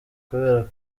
kubera